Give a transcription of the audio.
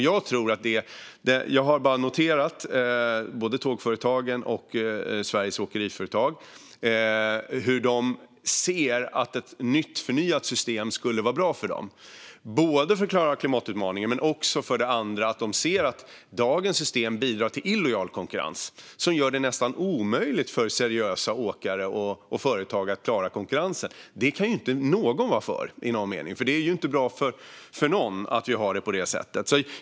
Jag har noterat att både Tågföretagen och Sveriges Åkeriföretag ser att ett förnyat system skulle vara bra för dem, både för att klara klimatutmaningen och för att de ser att dagens system bidrar till illojal konkurrens som gör det nästan omöjligt för seriösa åkare och företag att klara konkurrensen. Det kan inte någon vara för i någon mening. Det är ju inte bra för någon att vi har det på det sättet.